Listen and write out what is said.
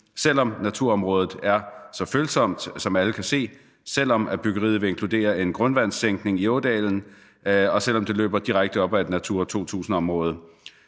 selv om naturområdet er så følsomt, som alle kan se, selv om byggeriet vil inkludere en grundvandssænkning i ådalen, og selv om det er direkte op ad et Natura 2000-område.